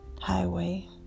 Highway